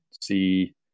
see